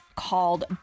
called